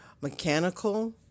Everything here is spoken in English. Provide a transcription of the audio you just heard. mechanical